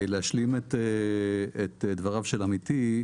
להשלים את דבריו של עמיתי,